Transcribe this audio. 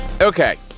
Okay